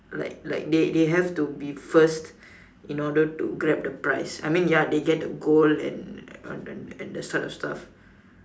like like they they have to be first in order to Grab the prize I mean ya they get the gold and and the sort of stuff